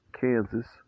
Kansas